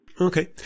Okay